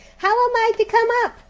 how am i to come up?